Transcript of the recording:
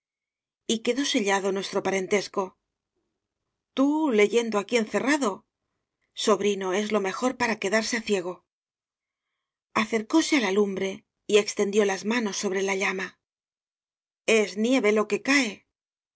tío y quedó sellado nuestro parentesco tú leyendo aquí encerrado sobri no es lo mejor para quedarse ciego acercóse á la lumbre y extendió las ma nos sobre la llama es nieve lo que cae